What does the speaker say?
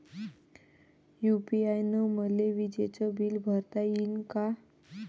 UPI न मले विजेचं बिल भरता यीन का?